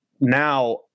now